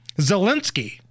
Zelensky